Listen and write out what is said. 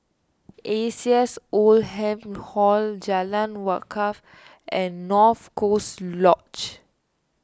A C S Oldham Hall Jalan Wakaff and North Coast Lodge